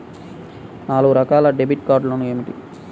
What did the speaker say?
నాలుగు రకాల డెబిట్ కార్డులు ఏమిటి?